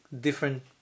different